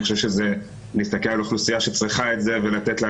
אני חושב שזה להסתכל על האוכלוסייה שצריכה את זה ולתת לה